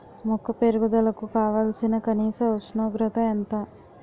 మొక్క పెరుగుదలకు కావాల్సిన కనీస ఉష్ణోగ్రత ఎంత?